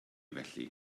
felly